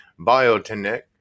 Biotech